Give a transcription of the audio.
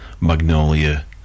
Magnolia